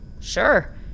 Sure